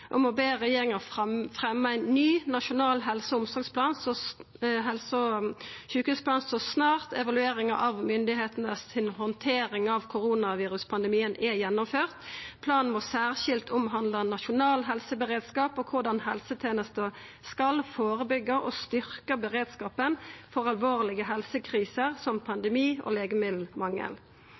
om å be «regjeringen fremme en ny nasjonal helse- og sykehusplan så snart evalueringen av myndighetenes håndtering av koronaviruspandemien er gjennomført. Planen må særskilt omhandle nasjonal helseberedskap både i spesialisthelsetjenesten og kommunehelsetjenesten, og beskrive hvordan helsetjenesten skal forebygge og styrke beredskapen for alvorlige helsekriser som pandemi og legemiddelmangel».